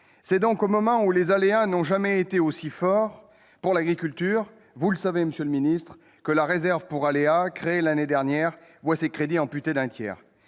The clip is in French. C'est donc au moment où les aléas n'ont jamais été si forts pour l'agriculture française, vous le savez, monsieur le ministre, que la réserve pour aléas, créée l'année dernière, voit ses crédits amputés d'un tiers.